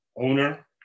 owner